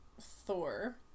Thor